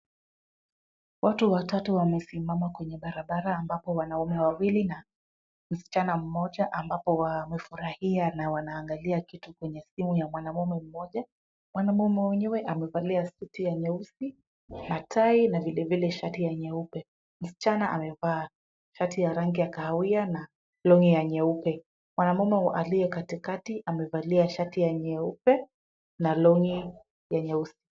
Watu watatu wamesimama kwenye barabara ambapo wanaume wawili na msichana mmoja ambapo wamefurahia na wanaangalia kitu kwenye simu ya mwanaume mmoja. Mwanaume mwenyewe amevalia suti ya nyeusi na tai na vilevile shati ya nyeupe. Msichana amevaa shati ya rangi ya kahawia na long'i ya nyeupe. Mwanaume aliye katikati amevalia shati ya nyeupe na long'i ya nyeusi.